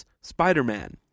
Spider-Man